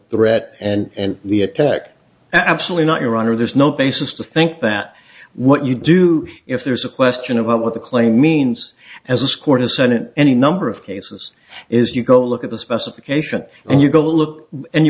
ret and the attack absolutely not your honor there's no basis to think that what you do if there's a question about what the claim means as a score descendant any number of cases is you go look at the specification and you go look and you